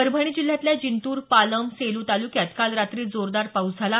परभणी जिल्ह्यातल्या जिंतूर पालम सेलू तालुक्यात काल रात्री जोरदार पाऊस झाला